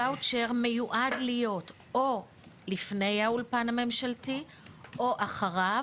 אולפן הוואצ'ר מיועד להיות או לפני האולפן הממשלתי או אחריו,